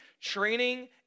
training